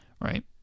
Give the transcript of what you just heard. right